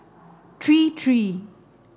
three three